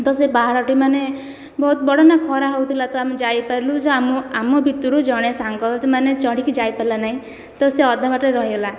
ତ ସେ ପାହାଡ଼ଟି ମାନେ ବହୁତ ବଡ଼ ନା ଖରା ହେଉଥିଲା ତ ଆମେ ଯାଇ ପାରିଲୁ ଯେ ଆମ ଆମ ଭିତରୁ ଜଣେ ସାଙ୍ଗ ହେଉଛି ମାନେ ଚଢ଼ିକି ଯାଇପାରିଲା ନାହିଁ ତ ସେ ଅଧା ବାଟରେ ରହିଗଲା